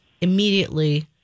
immediately